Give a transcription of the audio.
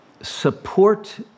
support